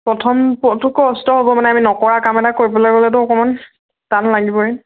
প্ৰথম প্ৰথমটো কষ্ট হ'ব মানে আমি নকৰা কাম এটা কৰিবলৈ গ'লেতো অকণমান টান লাগিবই